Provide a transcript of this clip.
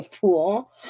pool